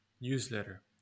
newsletter